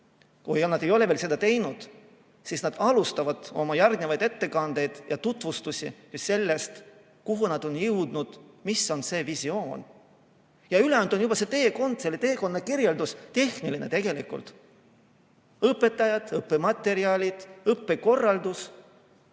kui nad ei ole veel seda teinud, alustavad oma järgnevaid ettekandeid ja tutvustusi sellest, kuhu nad on jõudnud, mis on see visioon. Ja ülejäänud on juba see teekond, selle teekonna tehniline kirjeldus: õpetajad, õppematerjalid, õppekorraldus